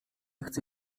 chce